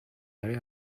برای